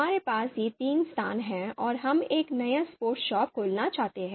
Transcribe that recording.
हमारे पास ये तीन स्थान हैं और हम एक नई स्पोर्ट्स शॉप खोलना चाहते हैं